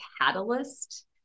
catalyst